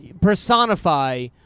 personify